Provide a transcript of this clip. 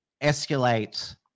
escalate